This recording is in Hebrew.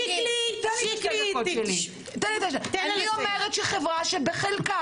אני אומרת שבחלקה